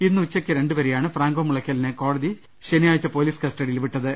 ഇന്ന് ഉച്ചയ്ക്ക് രണ്ടുവരെയാണ് ഫ്രാങ്കോമുള യ്ക്കലിനെ കോടതി ശനിഴാഴ്ച പൊലീസ് കസ്റ്റഡിയിൽ വിട്ടത്